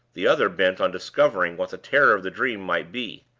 the other bent on discovering what the terror of the dream might be.